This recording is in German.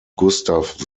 gustav